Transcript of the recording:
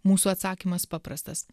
mūsų atsakymas paprastas